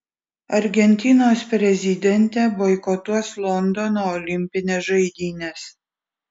argentinos prezidentė boikotuos londono olimpines žaidynes